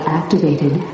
activated